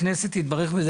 הכנסת תתברך בזה.